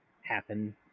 happen